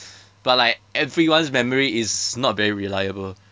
but like everyone's memory is not very reliable